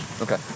Okay